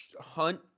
Hunt